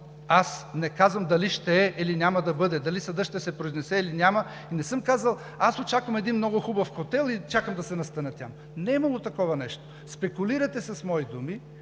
аз не казвам дали ще е, или няма да бъде, дали съдът ще се произнесе, или няма, не съм казал: аз очаквам един много хубав хотел и чакам да се настаня там. Не е имало такова нещо! Спекулирате с мои думи,